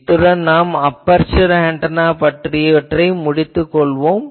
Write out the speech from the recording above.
இத்துடன் நாம் aperture antenna பற்றியவற்றை முடித்துக் கொள்வோம்